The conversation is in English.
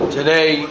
Today